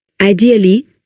Ideally